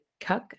cuck